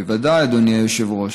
בוודאי, אדוני היושב-ראש.